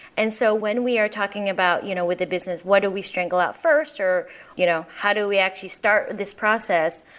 and so when we are talking about you know with a business, what do we strangle out first, or you know how do we actually start this process?